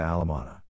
Alamana